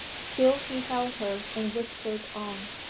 still he held her and whispered on.